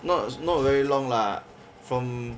not not very long lah from